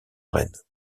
rennes